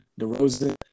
DeRozan